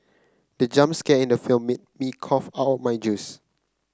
the jump scare in the film made me cough out my juice